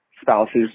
spouse's